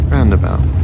Roundabout